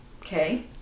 Okay